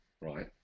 right